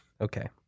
Okay